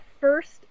first